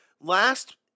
last